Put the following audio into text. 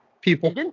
people